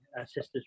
Sisters